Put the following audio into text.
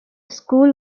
school